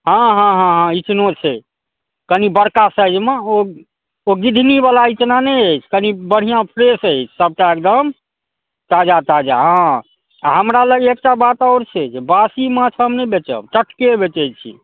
हँ हँ हँ हँ इचनो छै कनी बड़का साइजमे ओ ओ गिधनीवला इचना नहि अछि कनी बढिआँ फ्रेश अछि सबटा एगदम ताजा ताजा हँ आओर हमरा लग एकटा बात और छै जे बासी माछ हम नहि बेचब टटके बेचै छी